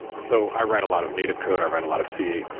so i write a lot of native code, i write a lot of c,